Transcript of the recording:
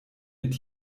mit